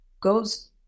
goes